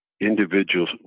individuals